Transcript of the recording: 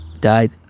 died